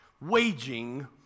waging